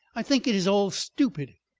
i think it is all stupid.